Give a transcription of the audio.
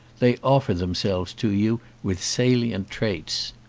they offer themselves to you with salient traits.